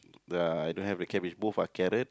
uh I don't have the cabbage both are carrot